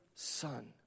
son